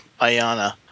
Ayana